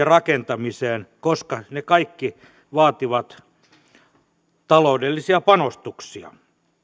rakentamiseen koska ne kaikki vaativat taloudellisia panostuksia